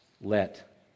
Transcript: let